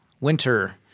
winter